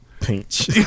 Pinch